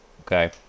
okay